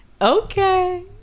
Okay